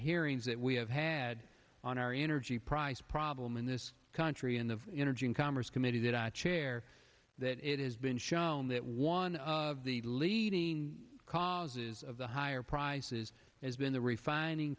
hearings that we have had on our energy price problem in this country in the energy and commerce committee that i chair that it has been shown that one of the leading causes of the higher prices has been the refining